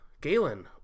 Galen